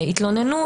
יתלוננו,